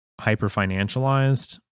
hyper-financialized